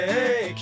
Hey